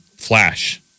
flash